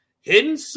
hidden